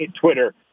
Twitter